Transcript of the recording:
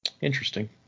Interesting